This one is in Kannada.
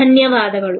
ಧನ್ಯವಾದಗಳು